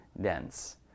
dense